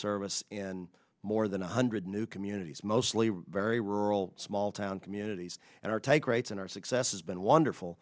service in more than one hundred new communities mostly very rural small town communities and our take rates and our success has been wonderful